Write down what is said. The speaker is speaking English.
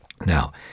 Now